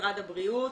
משרד הבריאות,